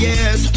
Yes